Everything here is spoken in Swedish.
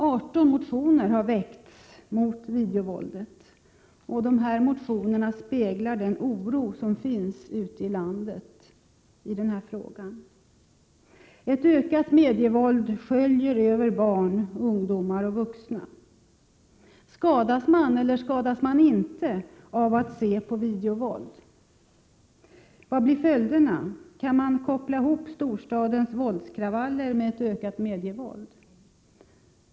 18 motioner har väckts mot videovåldet, och de speglar den oro som finns ute ilandet i den här frågan. Ett ökat medievåld sköljer över barn, ungdomar och vuxna. Skadas man eller skadas man inte av att se videovåld? Vad blir följderna? Kan man koppla ihop storstadens våldskravaller med ett ökat medievåld?